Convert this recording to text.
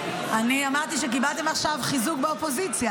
--- אני אמרתי שקיבלתם עכשיו חיזוק באופוזיציה,